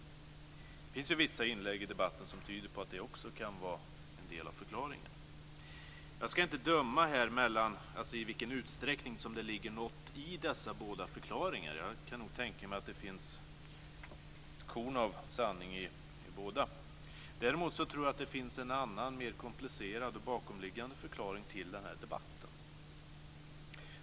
Det finns vissa inlägg i debatten som tyder på att det också kan vara en del av förklaringen. Jag ska inte döma här i vilket utsträckning som det ligger något i dessa båda förklaringar. Jag kan nog tänka mig att det finns ett korn av sanning i båda. Däremot tror jag att det finns en annan och mer komplicerad bakomliggande förklaring till den här debatten.